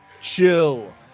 chill